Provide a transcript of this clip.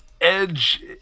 Edge